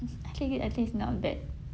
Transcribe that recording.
I think it I think it's not bad